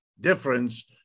difference